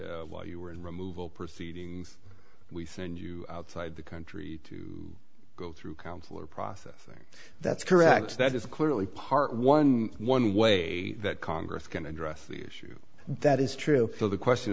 married while you were in removal proceedings we send you outside the country to go through counselor processing that's correct that is clearly part one one way that congress can address the issue that is true so the question